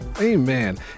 amen